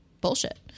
bullshit